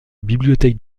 bibliothèque